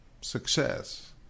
success